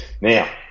Now